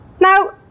now